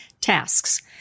tasks